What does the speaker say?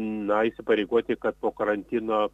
na įsipareigoti kad po karantino